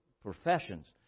professions